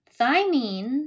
Thymine